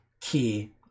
Key